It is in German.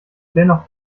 dennoch